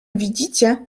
widzicie